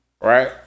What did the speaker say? Right